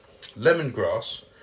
lemongrass